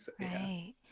Right